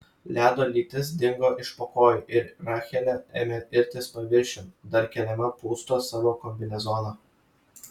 ledo lytis dingo iš po kojų ir rachelė ėmė irtis paviršiun dar keliama pūsto savo kombinezono